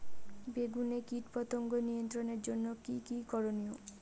বেগুনে কীটপতঙ্গ নিয়ন্ত্রণের জন্য কি কী করনীয়?